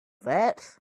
that